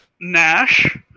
Nash